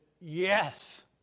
yes